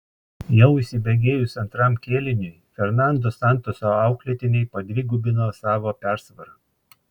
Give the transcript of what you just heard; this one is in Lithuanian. jau įsibėgėjus antram kėliniui fernando santoso auklėtiniai padvigubino savo persvarą